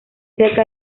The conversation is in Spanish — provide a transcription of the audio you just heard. cerca